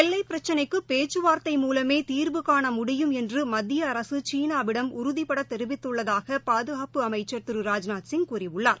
எல்லைப் பிரச்சினைக்குபேச்சுவார்த்தை மூலமேதீர்வுகாண முடியும் என்றுமத்தியஅரசு சீனாவிடம் உறுதிபடதெரிவித்துள்ளதாகபாதுகாப்பு அமைச்சர் திரு ராஜ்நாத்சிங் கூறியுள்ளார்